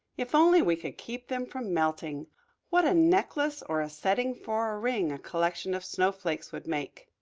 if only we could keep them from melting what a necklace or a setting for a ring a collection of snowflakes would make!